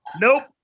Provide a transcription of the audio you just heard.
nope